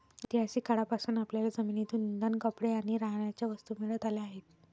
ऐतिहासिक काळापासून आपल्याला जमिनीतून इंधन, कपडे आणि राहण्याच्या वस्तू मिळत आल्या आहेत